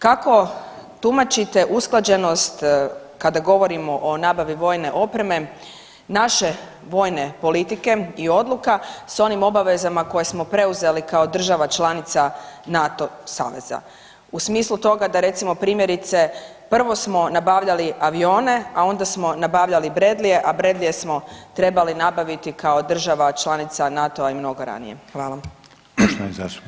Kako tumačite usklađenost kada govorimo o nabavi vojne opreme, naše vojne politike i odluka s onim obavezama koje smo preuzeli kao država članica NATO saveza u smislu toga da recimo primjerice prvo smo nabavljali avione, a onda smo nabavljali Bradley-e, a Bradley-e smo trebali nabaviti kao država članica NATO-a i mnogo ranije.